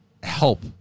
help